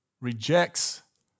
rejects